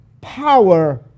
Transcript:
power